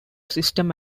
system